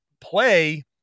play